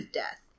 death